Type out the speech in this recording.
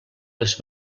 les